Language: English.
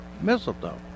mistletoe